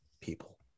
People